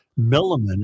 Milliman